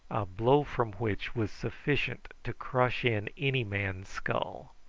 blow from which was sufficient to crush in any man's skull.